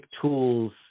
tools